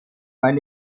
eine